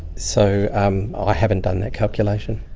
so um ah i haven't done that calculation.